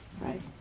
right